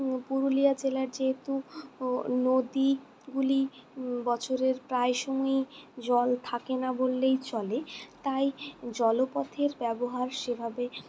পুরুলিয়া জেলার যেহেতু নদীগুলি বছরের প্রায় সময়ই জল থাকে না বললেই চলে তাই জলপথের ব্যবহার সেভাবে